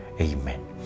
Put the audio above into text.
Amen